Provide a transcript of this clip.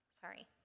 Sorry